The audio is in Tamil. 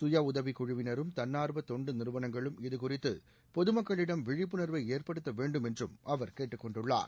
சுயஉதவி குழுவினரும் தன்னார்வ தொண்டு நிறுவனங்களும் இதுநித்து பொதுமக்களிடம் விழிப்புணர்வை ஏற்படுத்த வேண்டும் என்றும் அவர் கேட்டுக் கொண்டுள்ளார்